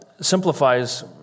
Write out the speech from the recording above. simplifies